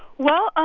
well, ah